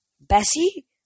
Bessie